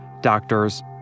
doctors